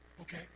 okay